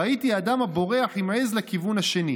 ראיתי אדם הבורח עם העז לכיוון השני,